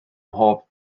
mhob